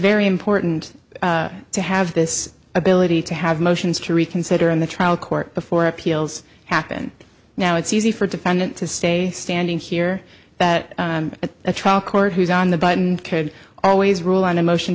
very important to have this ability to have motions to reconsider in the trial court before appeals happen now it's easy for defendant to stay standing here that at a trial court who's on the button could always rule on a motion